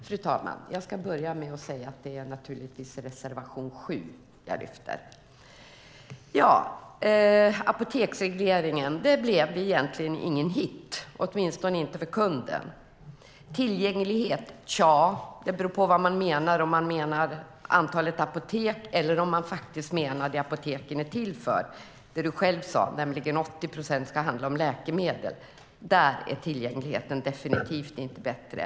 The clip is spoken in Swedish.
Fru talman! Jag ska börja med att säga att det naturligtvis är reservation 7 som jag yrkar bifall till. Apoteksregleringen blev egentligen ingen hit, åtminstone inte för kunden. Har det blivit bättre tillgänglighet? Tja, det beror på vad man menar - om man menar antalet apotek eller om man menar tillgänglighet till det apoteken är till för. Precis som du själv sade, Isabella Jernbeck, ska 80 procent handla om läkemedel. Där är tillgängligheten definitivt inte bättre.